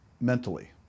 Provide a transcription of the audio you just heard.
mentally